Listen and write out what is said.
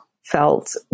felt